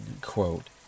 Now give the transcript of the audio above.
quote